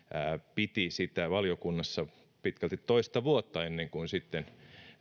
piti tätä valiokunnassa pitkälti toista vuotta ennen kuin sitten